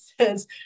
says